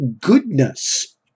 goodness